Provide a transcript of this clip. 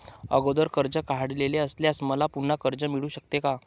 अगोदर कर्ज काढलेले असल्यास मला पुन्हा कर्ज मिळू शकते का?